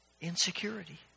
Insecurity